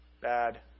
Bad